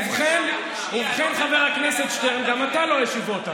ובכן, ובכן, חבר הכנסת שטרן, גם אתה לא השיבות.